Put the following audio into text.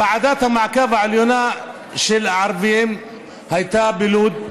ועדת המעקב העליונה של הערבים הייתה בלוד,